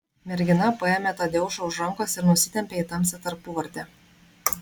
mergina paėmė tadeušą už rankos ir nusitempė į tamsią tarpuvartę